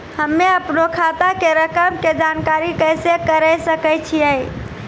हम्मे अपनो खाता के रकम के जानकारी कैसे करे सकय छियै?